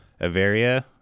Averia